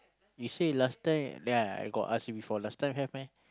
you say last time then I I got ask you before last time have meh